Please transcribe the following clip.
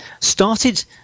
started